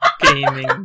Gaming